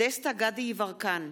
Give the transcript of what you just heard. דסטה (גדי) יברקן,